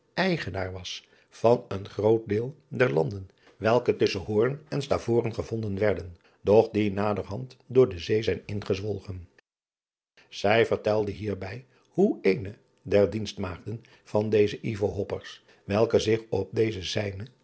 eigenaar was van een groot deel der landen welke tusschen oorn en taveren gevonden werden doch die naderhand door de zee zijn ingezwolgen ij vertelde hierbij hoe eene der dienstmaagden van dezen welke zich op deze zijne